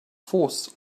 force